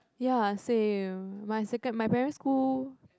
ya same my second~ my primary school